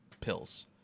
pills